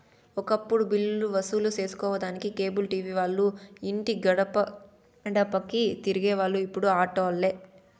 ఒకప్పుడు బిల్లులు వసూలు సేసుకొనేదానికి కేబుల్ టీవీ వాల్లు ఇంటి గడపగడపకీ తిరిగేవోల్లు, ఇప్పుడు అట్లాలే